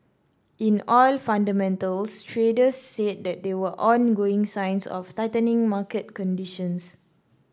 in oil fundamentals traders said that there were ongoing signs of tightening market conditions